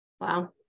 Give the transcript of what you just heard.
Wow